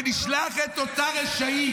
ונשלח את אותה רשעית,